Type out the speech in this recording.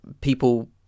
people